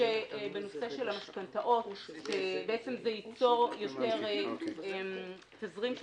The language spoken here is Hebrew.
שבנושא של המשכנתאות זה ייצור יותר תזרים של